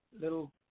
little